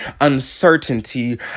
uncertainty